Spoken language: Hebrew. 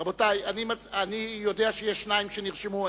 רבותי, אני יודע ששניים נרשמו.